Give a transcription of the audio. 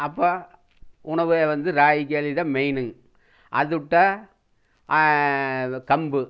அப்போ உணவு வந்து ராகி களி தான் மெயினு அது விட்டா கம்பு